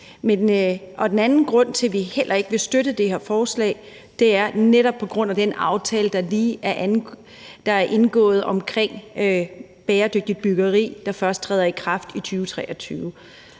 Den anden grund til, at vi ikke vil støtte det her forslag, er netop den aftale, der lige er indgået omkring bæredygtigt byggeri, og som først træder i kraft i 2023.